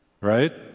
Right